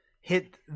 hit